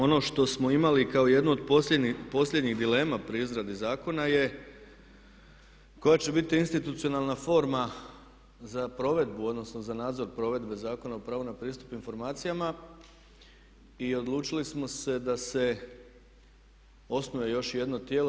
Ono što smo imali kao jednu od posljednjih dilema pri izradi zakona je koja će biti institucionalna forma za provedbu, odnosno za nadzor provedbe Zakona o pravu na pristup informacijama i odlučili smo se da se osnuje još jedno tijelo.